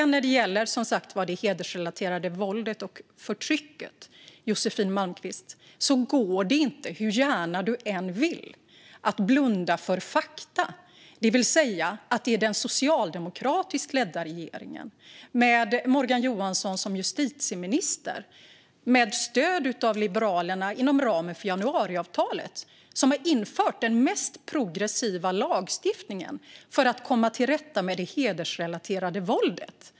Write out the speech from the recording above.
När det gäller det hedersrelaterade våldet och förtrycket går det inte att blunda för fakta hur gärna du än vill, Josefin Malmqvist. Det är den socialdemokratiskt ledda regeringen, med justitieminister Morgan Johansson och med stöd av Liberalerna inom ramen för januariavtalet, som har infört den mest progressiva lagstiftningen för att komma till rätta med det hedersrelaterade våldet.